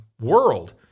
World